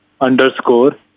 underscore